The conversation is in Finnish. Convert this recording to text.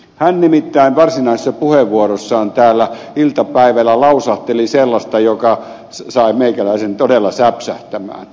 hän nimittäin varsinaisessa puheenvuorossaan täällä iltapäivällä lausahteli sellaista joka sai meikäläisen todella säpsähtämään